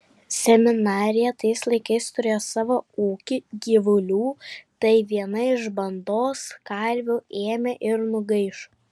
seminarija tais laikais turėjo savo ūkį gyvulių tai viena iš bandos karvių ėmė ir nugaišo